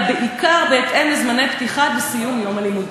בעיקר בהתאם לזמני הפתיחה והסיום של יום הלימודים.